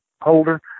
holder